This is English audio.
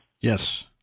Yes